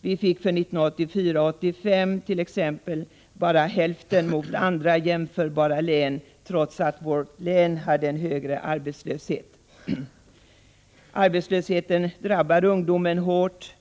Vi fick för 1984/85 bara hälften av vad andra jämförbara län fick, trots att vårt län hade en högre arbetslöshet. Arbetslösheten har drabbat ungdomen hårt.